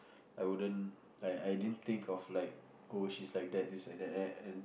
I wouldn't like I didn't think of like oh she's like that this like that right and